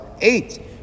eight